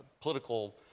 political